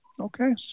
Okay